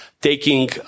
taking